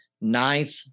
ninth